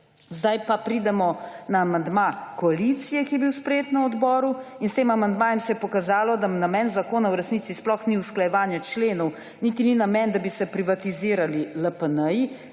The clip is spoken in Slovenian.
Zdaj pa pridemo na amandma koalicije, ki je bil sprejet na odboru in s tem amandmajem se je pokazalo, da namen zakona v resnici sploh ni usklajevanje členov, niti ni namen, da bi se privatizirali LPN,